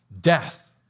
death